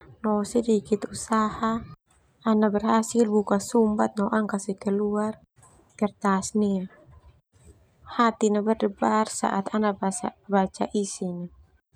No sedikit usaha, ana berhasil buka sumbat no ana kasih keluar kertas nia, hati na berdebar saat ana baca isin na.